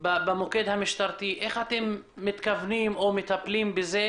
יש במוקד המשטרתי, איך אתם מטפלים בזה?